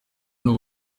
n’u